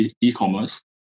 e-commerce